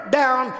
down